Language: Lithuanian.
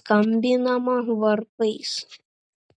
skambinama varpais